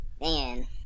man